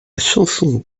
chanson